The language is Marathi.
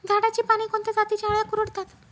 झाडाची पाने कोणत्या जातीच्या अळ्या कुरडतात?